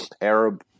Arab